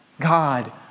God